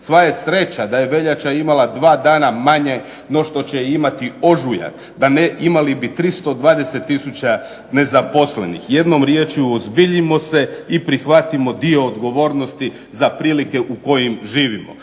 Sva je sreća da je veljača imala 2 dana manje no što će imati ožujak, da ne imali bi 320 tisuća nezaposlenih. Jednom rječju, uozbiljimo se i prihvatimo dio odgovornosti za prilike u kojim živimo.